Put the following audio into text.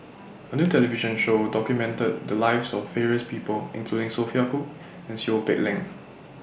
A New television Show documented The Lives of various People including Sophia Cooke and Seow Peck Leng